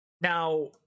Now